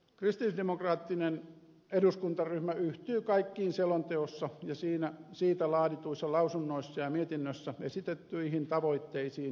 kristillisdemokraattinen eduskuntaryhmä yhtyy kaikkiin selonteossa ja siitä laadituissa lausunnoissa ja mietinnössä esitettyihin tavoitteisiin ja lupauksiin